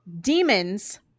Demons